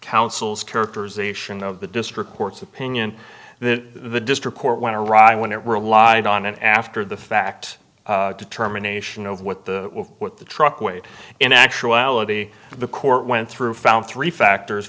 counsel's characterization of the district court's opinion that the district court went to ride when it relied on an after the fact determination of what the what the truck weighed in actuality the court went through found three factors